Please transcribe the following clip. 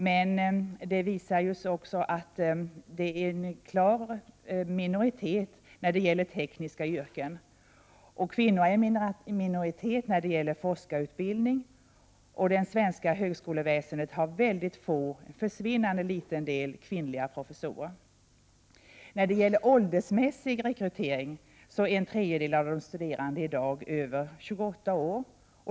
Men det visades också att kvinnorna är i klar minoritet när det gäller studier för tekniska yrken. Kvinnor är i minoritet när det gäller forskarutbildning. Det svenska högskoleväsendet har dessutom en försvinnande liten andel kvinnliga professorer. När det gäller åldersmässig rekrytering är en tredjedel av de studerande i dag över 28 år.